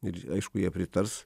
ir aišku jie pritars